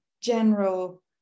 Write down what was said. general